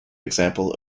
example